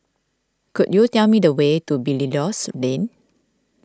could you tell me the way to Belilios Lane